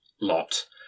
lot